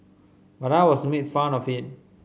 but I was made fun of it